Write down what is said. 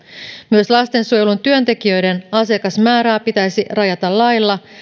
myös lastensuojelun työntekijöiden asiakasmäärää pitäisi rajata lailla